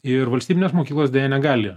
ir valstybinės mokyklos deja negali